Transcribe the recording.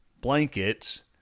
blankets